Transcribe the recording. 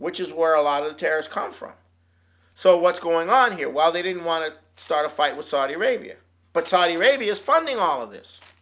which is where a lot of tears come from so what's going on here well they didn't want to start a fight with saudi arabia but saudi arabia is funding all of this